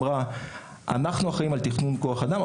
הוא שאנחנו אחראים על תכנון כוח אדם,